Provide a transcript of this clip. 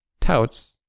touts